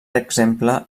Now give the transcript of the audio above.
exemple